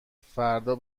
فردا